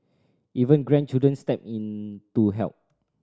even grandchildren step in to help